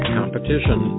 competition